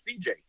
CJ